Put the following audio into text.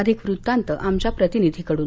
अधिक वृत्तांत आमच्या प्रतिनिधी कडून